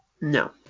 No